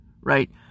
right